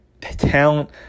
talent